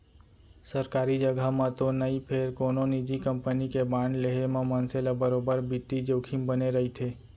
सरकारी जघा म तो नई फेर कोनो निजी कंपनी के बांड लेहे म मनसे ल बरोबर बित्तीय जोखिम बने रइथे